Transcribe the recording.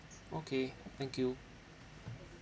okay thank you